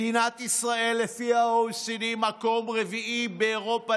מדינת ישראל לפי ה-OECD היא במקום רביעי באירופה,